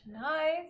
Nice